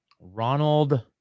Ronald